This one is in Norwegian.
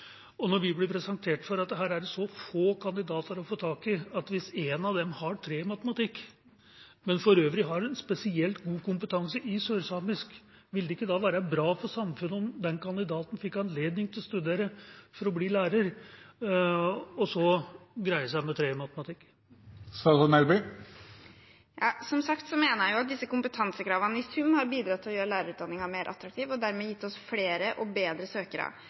Og vi blir presentert for at her er det så få kandidater å få tak i: Hvis en av dem har 3 i matematikk, men for øvrig har spesielt god kompetanse i sørsamisk, vil det ikke da være bra for samfunnet om den kandidaten fikk anledning til å studere for å bli lærer, og så greie seg med 3 i matematikk? Som sagt mener jeg at disse kompetansekravene i sum har bidratt til å gjøre lærerutdanningen mer attraktiv og dermed gitt oss flere og bedre søkere.